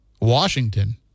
Washington